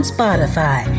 Spotify